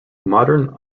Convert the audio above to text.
modern